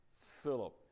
Philip